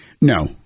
No